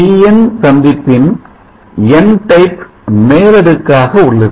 PN PN சந்திப்பின் N N type மேலடுக்கு ஆக உள்ளது